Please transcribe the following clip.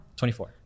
24